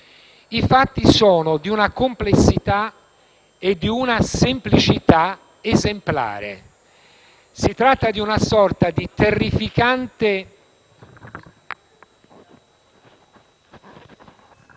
I fatti sono di una complessità e di una semplicità esemplare. Si tratta di una sorta di terrificante